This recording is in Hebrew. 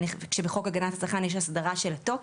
כשבחוק הגנת הצרכן יש הסדרה של התוקף.